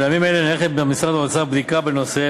בימים אלה נערכת במשרד האוצר בדיקה בנושא,